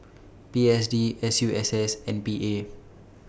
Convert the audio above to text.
P S D S U S S and P A